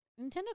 Nintendo